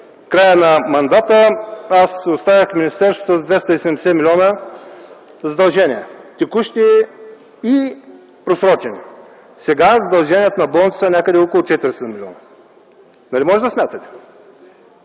края на мандата оставих министерството с 270 милиона лева задължения – текущи и просрочени. Сега задълженията на болниците са някъде около 400 милиона лева. Нали можете да смятате?!